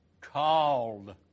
Called